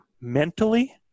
mentally